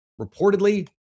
reportedly